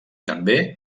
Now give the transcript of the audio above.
també